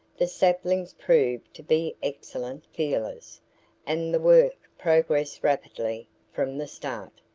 the saplings proved to be excellent feelers and the work progressed rapidly from the start.